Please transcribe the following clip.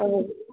అలాగే